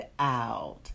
out